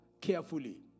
carefully